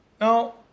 Now